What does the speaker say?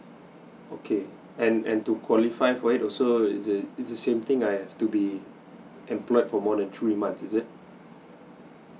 okay and and to qualify for it also is it it's the same thing I have to be employed for more than three months is it